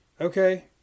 Okay